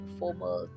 formal